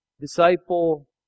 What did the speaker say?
disciple